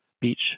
beach